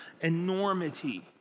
enormity